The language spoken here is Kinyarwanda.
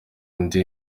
undi